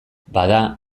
bada